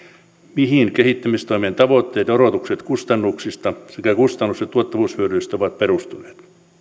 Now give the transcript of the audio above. mihin kehittämistoimen tavoitteet ja odotukset kustannuksista sekä kustannus ja tuottavuushyödyistä ovat perustuneet